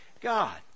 God